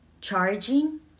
charging